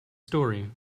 story